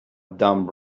dumb